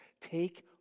Take